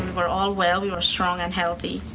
we're all well, we were strong and healthy.